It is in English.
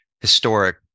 historic